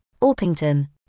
Orpington